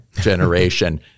generation